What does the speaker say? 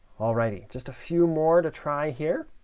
all righty, just a few more to try here.